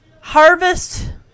harvest